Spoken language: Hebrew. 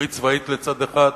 ברית צבאית מצד אחד,